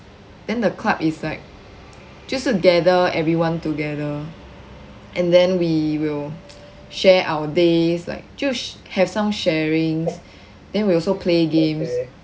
then the club is like 就是 gather everyone together and then we will share our days like 就 have some sharing then we also play games